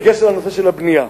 בקשר לנושא של הבנייה,